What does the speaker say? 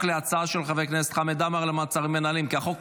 להצעה של חבר הכנסת חמד למעצרים מינהליים,